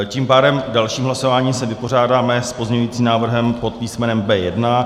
Tím pádem v dalším hlasování se vypořádáme s pozměňujícím návrhem pod písmenem B1.